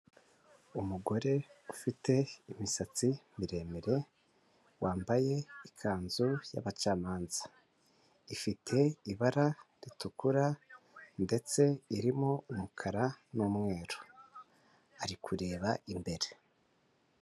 Umugore ufite imisatsi miremire wambaye ikanzu y'abacamanza, ifite ibara ritukura ndetse irimo umukara n'umweru, ari kureba imbere.